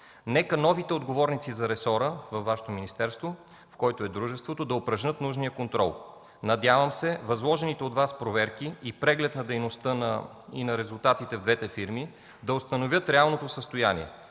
Нека новите отговорници за ресора във вашето министерство, в което е дружеството да упражнят нужния контрол. Надявам се възложените от Вас проверки и преглед на дейността и резултатите в двете фирми да установят реалното състояние,